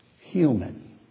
human